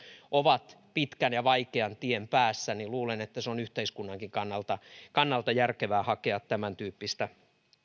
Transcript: ovat pitkän ja vaikean tien päässä ja luulen että on yhteiskunnankin kannalta kannalta järkevää hakea tämäntyyppistä